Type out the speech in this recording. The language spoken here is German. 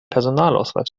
personalausweis